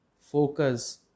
Focus